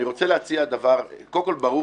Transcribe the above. ברור